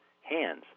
hands